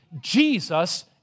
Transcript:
Jesus